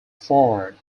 forward